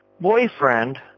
boyfriend